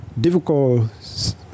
difficult